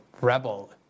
rebel